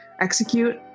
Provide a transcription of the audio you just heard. execute